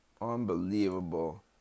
Unbelievable